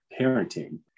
parenting